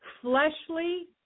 fleshly